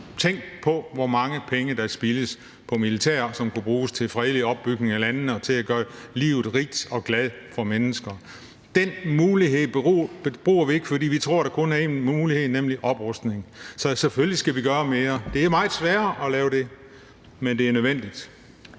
Tænk på, hvor mange penge der spildes på militæret, men som kunne bruges til fredelig opbygning af landene og på at gøre livet rigt for mennesker og på at gøre dem glade. Den mulighed bruger vi ikke, fordi vi kun tror, der er én mulighed, nemlig oprustning. Så selvfølgelig skal vi gøre mere. Det er meget sværere at gøre det, men det er nødvendigt.